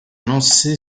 lancée